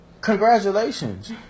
congratulations